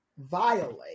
violate